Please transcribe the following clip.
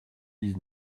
dix